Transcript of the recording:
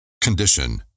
condition